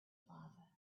plaza